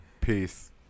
Peace